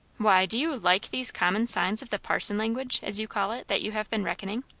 why, do you like these common signs of the parson language as you call it, that you have been reckoning?